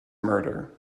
murder